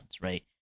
right